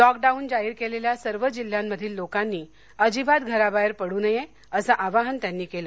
lockdown जाहीर केलेल्या सर्व जिल्ह्यांमधील लोकांनी अजिबात घराबाहेर पडू नये असं आवाहन त्यांनी केलं